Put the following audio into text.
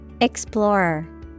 Explorer